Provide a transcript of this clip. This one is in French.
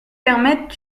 permettent